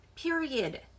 period